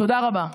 תודה רבה.